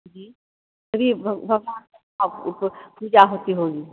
जी अभी जा सकती हूँ